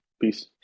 Peace